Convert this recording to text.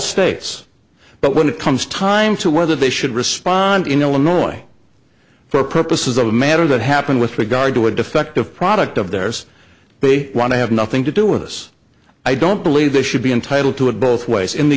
states but when it comes time to whether they should respond in illinois for purposes of the matter that happened with regard to a defective product of theirs they want to have nothing to do with us i don't believe they should be entitled to it both ways in the